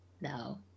No